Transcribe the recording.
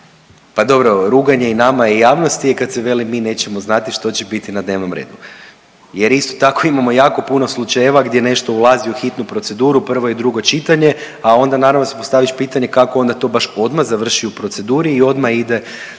Pa dobro, ruganje i nama i javnosti je kad se veli mi nećemo znati što će biti na dnevnom redu jer isto tako imamo jako puno slučajeva gdje nešto ulazi u hitnu proceduru, prvo i drugo čitanje, a onda naravno da si postaviš pitanje kako onda to baš odmah završi u proceduri i odmah ide